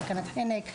סכנת חנק,